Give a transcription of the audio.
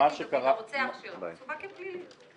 הרוצח של קטי דוד סווג כפלילי.